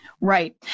Right